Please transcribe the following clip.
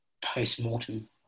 post-mortem